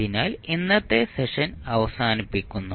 അതിനാൽ ഇന്നത്തെ സെഷൻ അവസാനിപ്പിക്കുന്നു